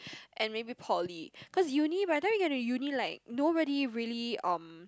and maybe poly cause uni by time you get to uni like nobody really um